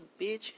bitch